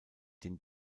den